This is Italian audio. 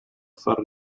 far